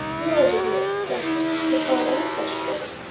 nor did he expect to find any such trace,